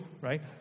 right